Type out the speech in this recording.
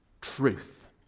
Truth